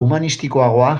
humanistikoagoa